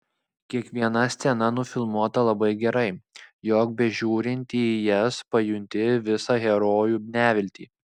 kiekviena scena nufilmuota labai gerai jog bežiūrint į jas pajunti visą herojų neviltį